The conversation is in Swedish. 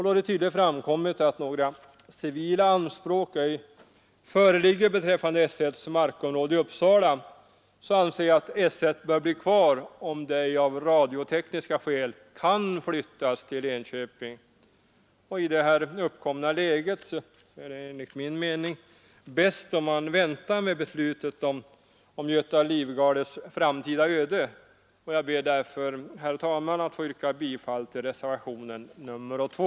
Då det tydligt framkommit att några civila anspråk ej föreligger beträffande S 1:s markområde i Uppsala anser jag S 1 bör vara kvar om det ej av radiotekniska skäl kan flyttas till Enköping. I det uppkomna läget är det enligt min mening bäst om man väntar med beslutet om Göta Livgardes framtida öde. Jag ber därför, herr talman, att få yrka bifall till reservationen 2.